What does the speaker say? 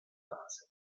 fase